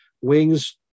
Wings